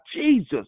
Jesus